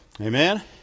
Amen